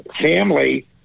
family